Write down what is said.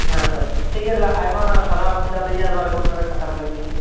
ᱦᱮᱸ ᱛᱚ ᱴᱷᱤᱠ ᱜᱮᱭᱟᱛᱟᱦᱚᱞᱮ ᱟᱭᱢᱟ ᱥᱟᱨᱦᱟᱣ ᱱᱚᱣᱟ ᱨᱤᱯᱳᱴ ᱨᱮᱭᱟᱜ ᱠᱟᱛᱷᱟ ᱢᱮᱱ ᱞᱟᱹᱜᱤᱫ ᱛᱮ